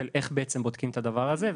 של איך בעצם בודקים את הדבר הזה.